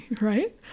Right